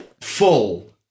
Full